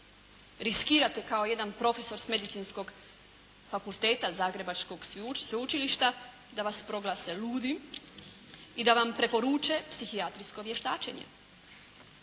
Riskirati kao jedan profesor s Medicinskog fakulteta zagrebačkog sveučilišta da vas proglase ludim i da vam preporuče psihijatrijsko vještačenje.